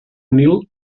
nil